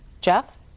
Jeff